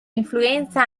influenza